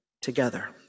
together